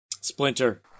Splinter